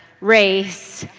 race,